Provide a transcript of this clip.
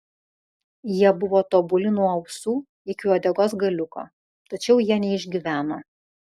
jie buvo tobuli nuo ausų iki uodegos galiuko tačiau jie neišgyveno